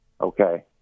Okay